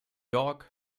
york